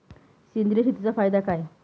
सेंद्रिय शेतीचा फायदा काय?